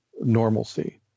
normalcy